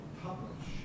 publish